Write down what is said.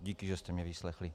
Díky, že jste mě vyslechli.